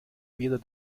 weder